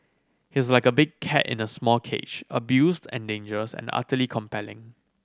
he's like a big cat in a small cage abused and dangerous and utterly compelling